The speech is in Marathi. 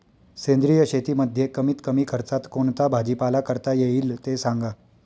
सेंद्रिय शेतीमध्ये कमीत कमी खर्चात कोणता भाजीपाला करता येईल ते सांगा